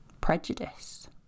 prejudice